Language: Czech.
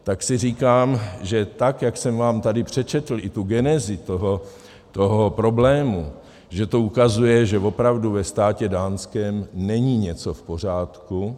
Tak si říkám, že tak jak jsem vám tady přečetl i tu genezi problému, že to ukazuje, že opravdu ve státě dánském není něco v pořádku.